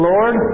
Lord